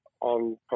on